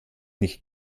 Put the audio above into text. nicht